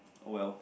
oh well